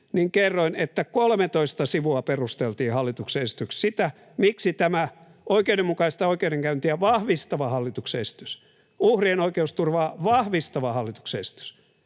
oikeuteen, 13 sivulla perusteltiin hallituksen esityksessä sitä, miksi tämä oikeudenmukaista oikeudenkäyntiä vahvistava hallituksen esitys, uhrien oikeusturvaa vahvistava hallituksen esitys,